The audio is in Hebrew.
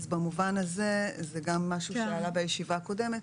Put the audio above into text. זה גם משהו שעלה בישיבה הקודמת.